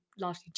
largely